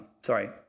sorry